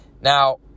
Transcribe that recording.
Now